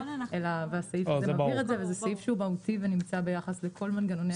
זה סעיף שהוא מהותי ונמצא ביחס לכל מנגנון.